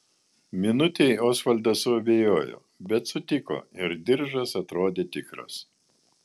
minutei osvaldas suabejojo bet sutiko ir diržas atrodė tikras